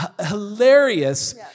hilarious